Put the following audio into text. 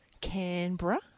Canberra